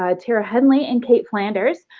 ah tara henley and cait flanders,